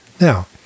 Now